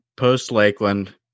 Post-Lakeland